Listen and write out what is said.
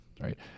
right